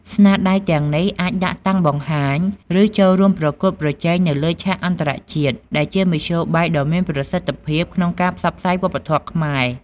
ស្នាដៃទាំងនេះអាចដាក់តាំងបង្ហាញ ឬចូលរួមប្រកួតប្រជែងនៅលើឆាកអន្តរជាតិ ដែលជាមធ្យោបាយដ៏មានប្រសិទ្ធភាពក្នុងការផ្សព្វផ្សាយវប្បធម៌ខ្មែរ។